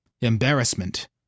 Embarrassment